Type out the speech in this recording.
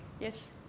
Yes